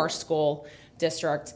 our school districts